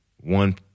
One